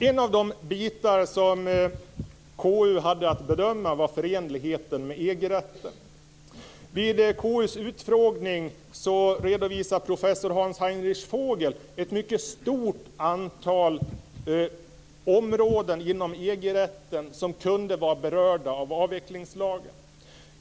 En fråga som KU hade att bedöma var förenligheten med EG-rätten. Vid KU:s utfrågning redovisade professor Hans-Heinrich Vogel ett mycket stort antal områden inom EG-rätten som kunde vara berörda av avvecklingslagen.